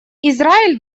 израиль